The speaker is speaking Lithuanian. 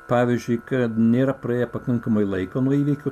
pavyzdžiui kad nėra praėję pakankamai laiko nuo įvykių